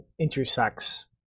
intersects